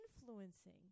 influencing